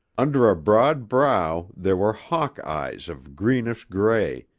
under a broad brow there were hawk eyes of greenish gray,